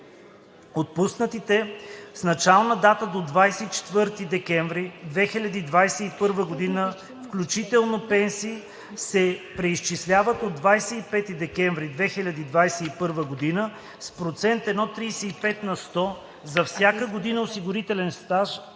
Отпуснатите с начална дата до 24 декември 2021 г. включително пенсии се преизчисляват от 25 декември 2021 г. с процент 1,35 на сто за всяка година осигурителен стаж